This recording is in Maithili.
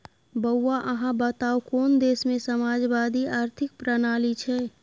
बौआ अहाँ बताउ कोन देशमे समाजवादी आर्थिक प्रणाली छै?